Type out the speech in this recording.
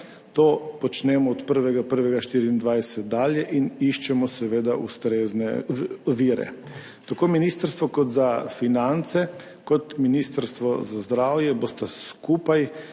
To počnemo od 1. 1. 2024 dalje in iščemo seveda ustrezne vire. Tako ministrstvo kot za finance, kot Ministrstvo za zdravje bosta skupaj